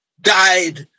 died